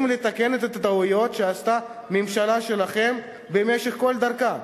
לתקן את הטעויות שעשתה הממשלה שלכם במשך כל דרכה.